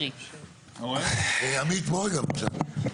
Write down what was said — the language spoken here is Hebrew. עמית, בוא רגע בבקשה.